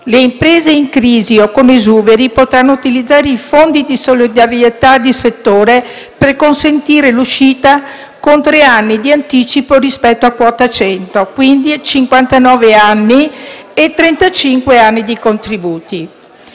Le imprese in crisi o con esuberi potranno utilizzare i fondi di solidarietà di settore per consentire l'uscita con tre anni di anticipo rispetto a quota 100 (a cinquantanove anni e con